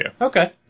Okay